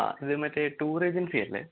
ആ ഇത് മറ്റേ ടൂർ ഏജൻസി അല്ലെ